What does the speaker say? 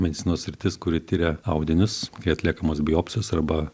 medicinos sritis kuri tiria audinius kai atliekamos biopsijos arba